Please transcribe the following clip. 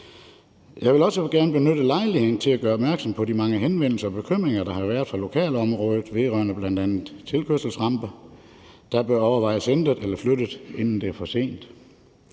Jeg vil også gerne benytte lejligheden til at gøre opmærksom på de mange henvendelser og bekymringer, der har været i lokalområdet, vedrørende bl.a. tilkørselsramper, der bør overvejes ændret eller flyttet, inden det er for sent.